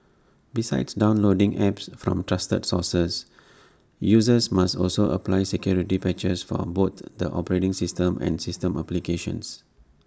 besides downloading apps from trusted sources users must also apply security patches for both the operating system and system applications